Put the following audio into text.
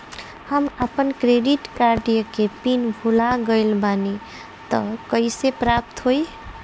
हम आपन credit card के पिन भुला गइल बानी त कइसे प्राप्त होई?